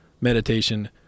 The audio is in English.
meditation